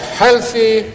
healthy